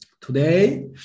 Today